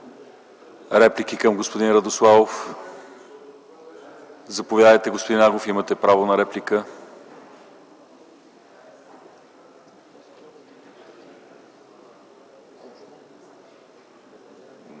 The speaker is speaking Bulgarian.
Реплики към господин Радославов? Заповядайте, господин Агов, имате право на реплика.